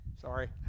Sorry